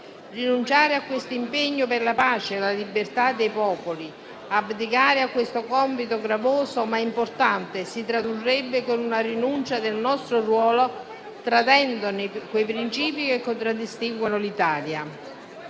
Rinunciare a questo impegno per la pace e la libertà dei popoli, abdicare a questo compito gravoso, ma importante, si tradurrebbe in una rinuncia al nostro ruolo, tradendone quei princìpi che contraddistinguono l'Italia.